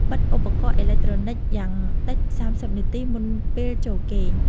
បិទឧបករណ៍អេឡិចត្រូនិកយ៉ាងតិច ៣០ នាទីមុនពេលចូលគេង។